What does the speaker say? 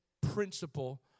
principle